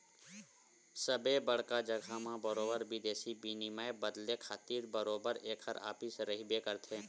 सबे बड़का जघा मन म बरोबर बिदेसी बिनिमय बदले खातिर बरोबर ऐखर ऑफिस रहिबे करथे